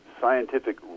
scientific